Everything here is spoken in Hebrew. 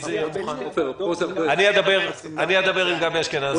אם זה יהיה מוכן --- אני אדבר עם גבי אשכנזי.